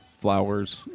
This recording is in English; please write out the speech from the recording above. flowers